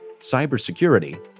cybersecurity